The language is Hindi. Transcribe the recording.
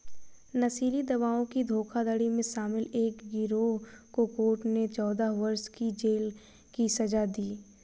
नशीली दवाओं की धोखाधड़ी में शामिल एक गिरोह को कोर्ट ने चौदह वर्ष की जेल की सज़ा दी